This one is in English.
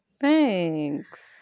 Thanks